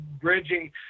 bridging